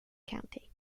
county